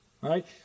right